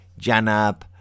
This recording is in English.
Janab